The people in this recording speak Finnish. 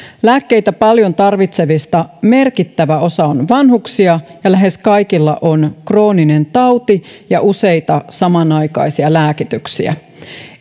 lääkkeitä paljon tarvitsevista merkittävä osa on vanhuksia ja lähes kaikilla on krooninen tauti ja useita samanaikaisia lääkityksiä